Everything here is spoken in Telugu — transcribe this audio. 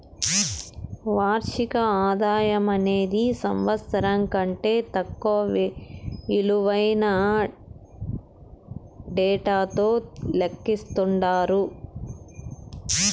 వార్షిక ఆదాయమనేది సంవత్సరం కంటే తక్కువ ఇలువైన డేటాతో లెక్కిస్తండారు